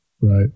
Right